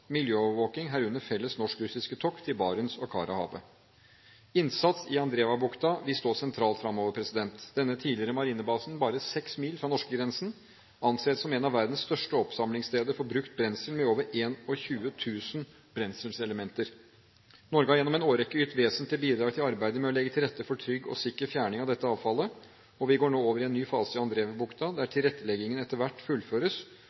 miljøovervåking, herunder felles norsk-russiske tokt i Barents- og Karahavet Innsats i Andrejevabukta vil stå sentralt fremover. Denne tidligere marinebasen bare seks mil fra norskegrensen anses som en av verdens største oppsamlingssteder for brukt brensel med over 21 000 brenselselementer. Norge har gjennom en årrekke gitt vesentlige bidrag til arbeidet med å legge til rette for trygg og sikker fjerning av dette avfallet, og vi går nå over i en ny fase i Andrejevabukta der tilretteleggingen etter hvert fullføres,